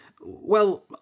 Well